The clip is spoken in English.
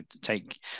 take